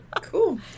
Cool